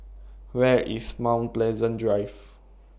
Where IS Mount Pleasant Drive